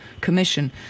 commission